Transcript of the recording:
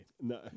No